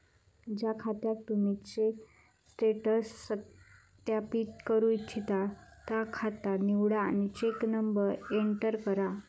ज्या खात्याक तुम्ही चेक स्टेटस सत्यापित करू इच्छिता ता खाता निवडा आणि चेक नंबर एंटर करा